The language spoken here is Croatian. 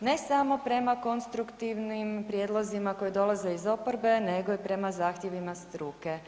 ne samo konstruktivnim prijedlozima koji dolaze iz oporbe nego i prema zahtjevima struke.